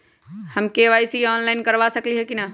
हम KYC online करवा सकली ह कि न?